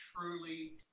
truly